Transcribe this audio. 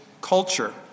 culture